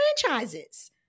franchises